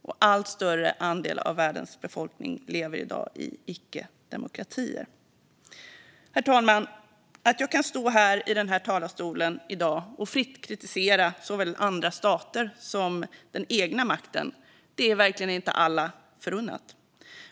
Och en allt större andel av världens befolkning lever i dag i icke-demokratier. Herr talman! Att jag kan stå här i denna talarstol i dag och fritt kritisera såväl andra stater som den egna makten är verkligen inte alla förunnat.